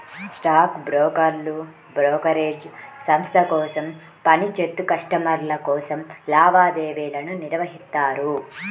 stock బ్రోకర్లు brokerage సంస్థ కోసం పని చేత్తూ కస్టమర్ల కోసం లావాదేవీలను నిర్వహిత్తారు